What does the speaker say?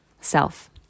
self